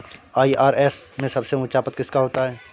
IRS में सबसे ऊंचा पद किसका होता है?